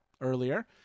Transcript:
earlier